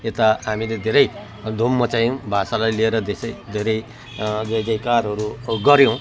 यता हामीले धेरै धुम मचायौँ भाषालाई लिएर धेरै धेरै जयजयकारहरू गऱ्यौँ